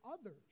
others